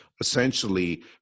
essentially